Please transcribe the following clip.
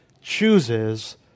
chooses